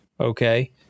okay